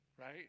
right